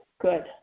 good